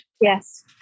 yes